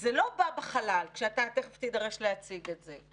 זה לא בא בחלל, תיכף תידרש להציג את זה.